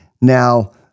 Now